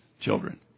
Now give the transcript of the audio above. children